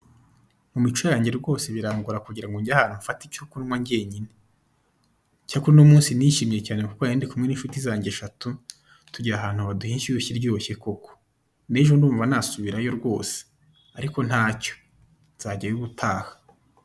Mu mico yange rwose birangora kugira ngo nge ahantu mfate icyo kunywa ngenyine, cyakora uno munsi nishimye cyane kuko narindi kumwe n'insuti zange eshatu, tujya ahantu baduha inshyushyu iryoshye koko, n'ejo ndumva nasubirayo rwose, ariko ntacyo, nzajyayo ubutaha.